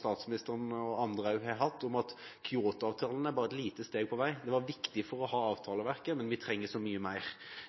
statsministeren og andre også har hatt om at Kytotoavtalen bare er et lite steg på veien. Den var viktig for å ha avtaleverket, men vi trenger så mye mer.